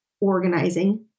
organizing